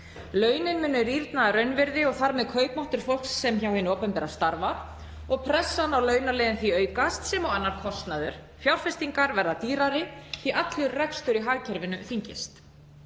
Launin munu rýrna að raunvirði og þar með kaupmáttur fólks sem starfar hjá hinu opinbera og pressan á launaliðinn mun aukast sem og annar kostnaður. Fjárfestingar verða dýrari því að allur rekstur í hagkerfinu þyngist.